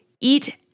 eat